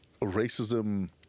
racism